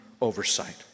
oversight